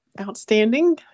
outstanding